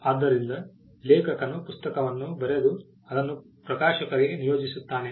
ಆದ್ದರಿಂದ ಲೇಖಕನು ಪುಸ್ತಕವನ್ನು ಬರೆದು ಅದನ್ನು ಪ್ರಕಾಶಕರಿಗೆ ನಿಯೋಜಿಸುತ್ತಾನೆ